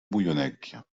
bouillonnec